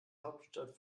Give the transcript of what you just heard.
hauptstadt